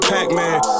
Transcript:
Pac-Man